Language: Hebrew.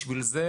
בשביל זה